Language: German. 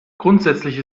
grundsätzlich